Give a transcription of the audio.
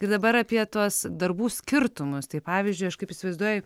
ir dabar apie tuos darbų skirtumus tai pavyzdžiui aš kaip įsivaizduoju